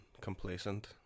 complacent